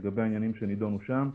לגבי העניינים שנדונו שם.